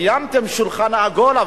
קיימתם שולחן עגול,